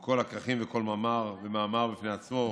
שכל הכרכים וכל מאמר ומאמר בפני עצמו,